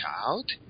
child